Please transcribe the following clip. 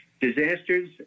Disasters